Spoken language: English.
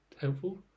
helpful